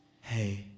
hey